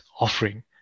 offering